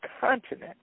continent